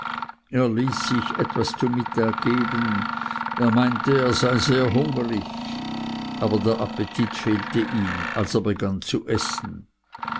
er ließ sich etwas zu mittag geben er meinte er sei sehr hungrig aber der appetit fehlte ihm als er begann zu essen